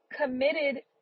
committed